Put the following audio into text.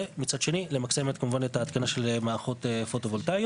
ומצד שני למקסם כמובן את ההתקנה של מערכות פוטו-וולטאיות.